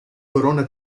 corona